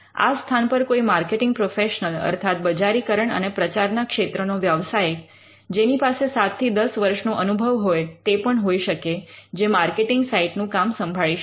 આ સ્થાન પર કોઈ માર્કેટિંગ પ્રોફેશનલ અર્થાત બજારીકરણ અને પ્રચારના ક્ષેત્ર નો વ્યવસાયિક જેની પાસે સાત થી દસ વર્ષનો અનુભવ હોય તે પણ હોઈ શકે જે માર્કેટિંગ સાઇટનું કામ સંભાળી શકે